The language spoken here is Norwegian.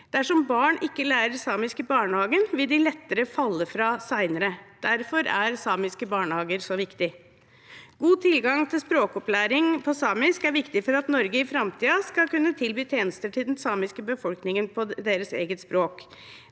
Dersom barn ikke lærer samisk i barnehagen, vil de lettere falle fra senere. Derfor er samiske barnehager så viktige. God tilgang til språkopplæring på samisk er viktig for at Norge i framtiden skal kunne tilby tjenester til den samiske befolkningen på deres eget språk.